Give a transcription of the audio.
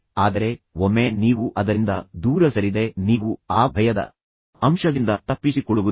ಆದರೆ ಒಮ್ಮೆ ನೀವು ಅದರಿಂದ ದೂರ ಸರಿದರೆ ನೀವು ಆ ಭಯದ ಅಂಶದಿಂದ ತಪ್ಪಿಸಿಕೊಳ್ಳುವುದಿಲ್ಲ